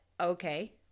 okay